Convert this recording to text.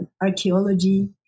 archaeology